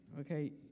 okay